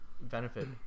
benefit